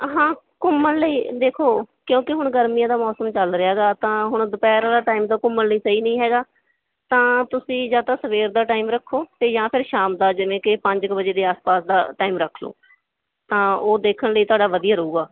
ਹਾਂ ਘੁੰਮਣ ਲਈ ਦੇਖੋ ਕਿਉਂਕਿ ਹੁਣ ਗਰਮੀਆਂ ਦਾ ਮੌਸਮ ਚੱਲ ਰਿਹਾ ਹੈਗਾ ਤਾਂ ਹੁਣ ਦੁਪਹਿਰ ਵਾਲਾ ਟਾਈਮ ਤਾਂ ਘੁੰਮਣ ਲਈ ਸਹੀ ਨਹੀਂ ਹੈਗਾ ਤਾਂ ਤੁਸੀਂ ਜਾਂ ਤਾਂ ਸਵੇਰ ਦਾ ਟਾਈਮ ਰੱਖੋ ਅਤੇ ਜਾਂ ਫਿਰ ਸ਼ਾਮ ਦਾ ਜਿਵੇਂ ਕਿ ਪੰਜ ਕੁ ਵਜੇ ਦੇ ਆਸ ਪਾਸ ਦਾ ਟਾਈਮ ਰੱਖ ਲਓ ਤਾਂ ਉਹ ਦੇਖਣ ਲਈ ਤੁਹਾਡਾ ਵਧੀਆ ਰਹੇਗਾ